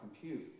compute